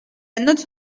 note